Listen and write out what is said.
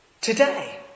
today